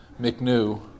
McNew